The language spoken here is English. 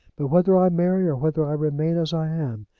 but whether i marry or whether i remain as i am,